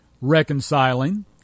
Reconciling